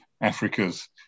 Africa's